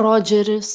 rodžeris